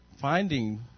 Finding